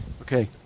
Okay